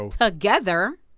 together